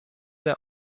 der